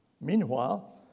Meanwhile